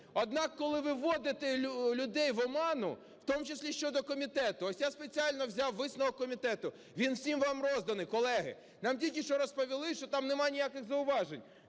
Однак, коли ви вводите людей в оману, в тому числі щодо комітету. Ось я спеціально взяв висновок комітету, він всім вам розданий, колеги. Нам тільки що розповіли, що там нема ніяких зауважень.